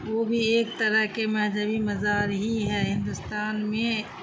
وہ بھی ایک طرح کے مہذبی مزار ہی ہے ہندوستان میں